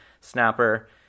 snapper